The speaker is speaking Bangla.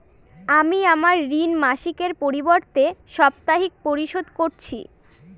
আমি আমার ঋণ মাসিকের পরিবর্তে সাপ্তাহিক পরিশোধ করছি